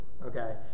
Okay